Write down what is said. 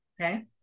Okay